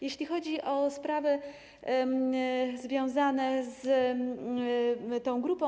Jeśli chodzi o sprawy związane z tą grupą.